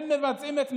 הם מבצעים את משימתם.